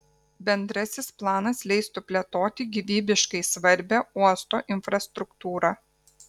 bendrasis planas leistų plėtoti gyvybiškai svarbią uosto infrastruktūrą